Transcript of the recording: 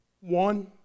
One